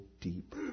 deep